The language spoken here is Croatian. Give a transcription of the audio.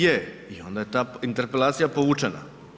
Je i onda je ta interpelacija povučena.